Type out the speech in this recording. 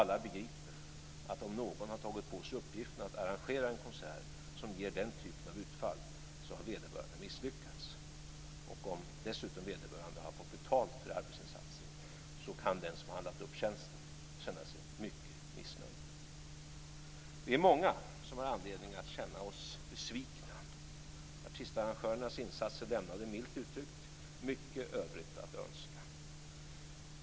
Alla begriper att om någon har tagit på sig uppgiften att arrangera konsert som ger den typen av utfall har vederbörande misslyckats. Om dessutom vederbörande har fått betalt för arbetsinsatsen kan den som handlat upp tjänsten känna sig mycket missnöjd. Vi är många som har anledning att känna oss besvikna. Artistarrangörens insatser lämnade, milt uttryckt, mycket övrigt att önska.